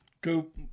Goop